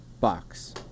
box